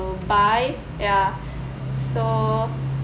buy ya so